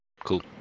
Cool